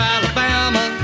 Alabama